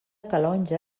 calonge